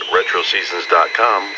RetroSeasons.com